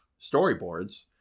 storyboards